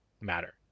matter